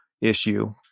issue